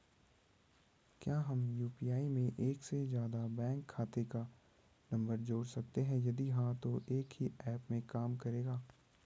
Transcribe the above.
क्या हम यु.पी.आई में एक से ज़्यादा बैंक खाते का नम्बर जोड़ सकते हैं यदि हाँ तो एक ही ऐप में काम करेगा?